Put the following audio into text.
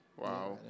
wow